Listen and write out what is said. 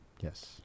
Yes